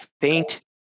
faint